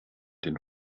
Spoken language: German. den